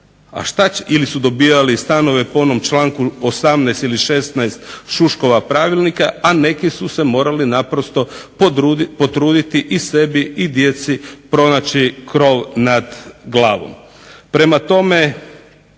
ili su dobijali stanove po onom članka u18. ili 16. Šuškova pravilnika, a neki su se morali naprosto potruditi i sebi i djeci pronaći krov nad glavom.